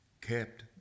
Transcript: kept